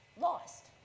lost